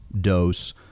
dose